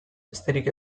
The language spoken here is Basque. besterik